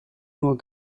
nur